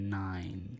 nine